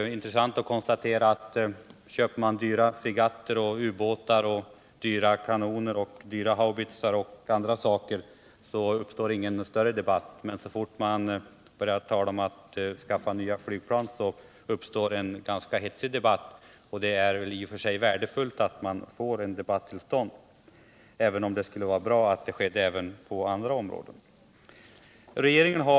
Det är intressant att konstatera att om det är fråga om att köpa fregatter och ubåtar, dyra kanoner, haubitser och andra saker, då uppstår ingen större debatt. Men så snart man börjar tala om att skaffa nya flygplan, då blir det en ganska hetsig debatt. Det är värdefullt att man får en debatt till stånd, men det skulle vara bra om det skedde även när det gäller andra områden inom försvaret.